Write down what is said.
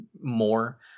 more